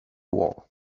wall